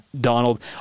Donald